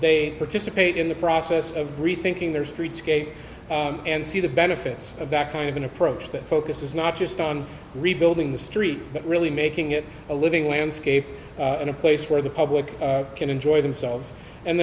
they participate in the process of rethinking their streetscape and see the benefits of that kind of an approach that focuses not just on rebuilding the street but really making it a living landscape and a place where the public can enjoy themselves and